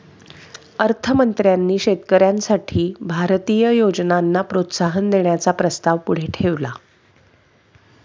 अर्थ मंत्र्यांनी शेतकऱ्यांसाठी भारतीय योजनांना प्रोत्साहन देण्याचा प्रस्ताव पुढे ठेवला